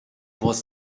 was